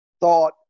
thought